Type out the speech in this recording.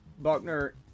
Buckner